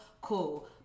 cool